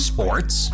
Sports